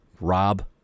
Rob